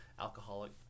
alcoholic